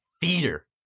theater